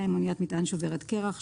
אניית מטען שוברת קרח.